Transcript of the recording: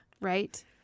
right